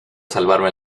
salvarme